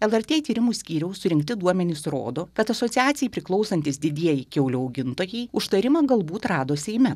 lrt tyrimų skyriaus surinkti duomenys rodo kad asociacijai priklausantys didieji kiaulių augintojai užtarimą galbūt rado seime